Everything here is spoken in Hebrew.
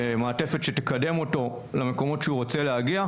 מעטפת שתקדם אותו למקומות שהוא רוצה להגיע,